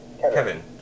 Kevin